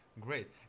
Great